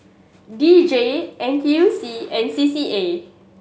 D J N T U C and C C A